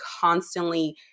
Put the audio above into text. constantly